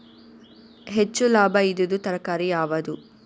ಹೆಚ್ಚು ಲಾಭಾಯಿದುದು ತರಕಾರಿ ಯಾವಾದು?